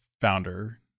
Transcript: founder